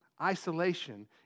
Isolation